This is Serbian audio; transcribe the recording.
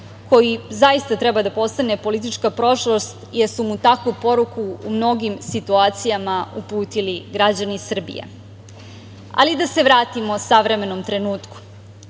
koji, zaista treba da postane politička prošlost jer su mu takvu poruku u mnogim situacijama uputili građani Srbije. Ali, da se vratimo savremenom trenutku.